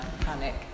panic